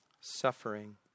suffering